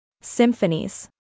Symphonies